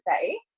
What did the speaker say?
say